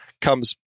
comes